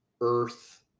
earth